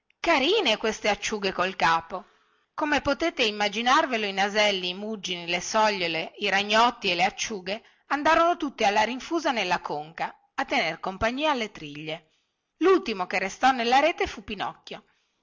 carine queste acciughe col capo come potete immaginarvelo i naselli i muggini le sogliole i ragnotti e le acciughe andarono tutti alla rinfusa nella conca a tener compagnia alle triglie lultimo che restò nella rete fu pinocchio